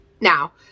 Now